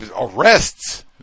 arrests